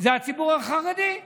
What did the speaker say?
זה הציבור החרדי.